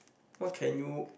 what can you